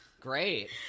Great